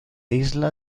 isla